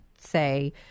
say